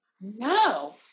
no